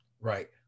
Right